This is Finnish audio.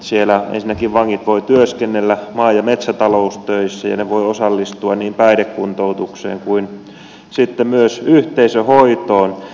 siellä ensinnäkin vangit voivat työskennellä maa ja metsätaloustöissä ja he voivat osallistua niin päihdekuntoutukseen kuin myös yhteisöhoitoon